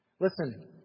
Listen